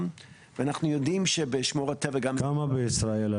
ואנחנו יודעים שבשמורות טבע --- כמה בישראל,